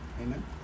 Amen